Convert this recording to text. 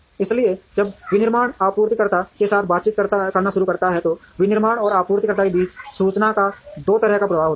इसलिए जब विनिर्माण आपूर्तिकर्ताओं के साथ बातचीत करना शुरू करता है तो विनिर्माण और आपूर्तिकर्ताओं के बीच सूचना का दो तरह से प्रवाह होता है